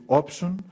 option